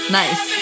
nice